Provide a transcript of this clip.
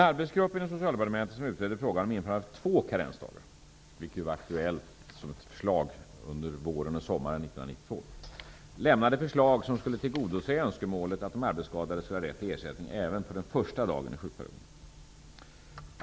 vilket var aktuellt som ett förslag under våren och sommaren 1992 -- lämnade förslag som skulle tillgodose önskemålet att de arbetsskadade skulle ha rätt till ersättning även för den första dagen i sjukperioden.